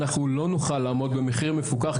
אנחנו לא נוכל לעמוד במחיר מפוקח,